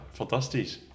fantastisch